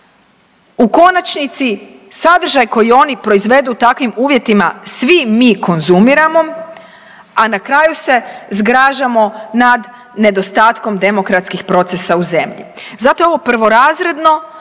U konačnici sadržaj koji oni proizvedu u takvim uvjetima svi mi konzumiramo, a na kraju se zgražamo nad nedostatkom demokratskih procesa u zemlji. Zato je ovo prvorazredno